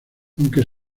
aunque